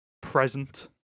present